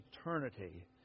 eternity